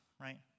right